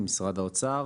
גלעד קצב, משרד האוצר.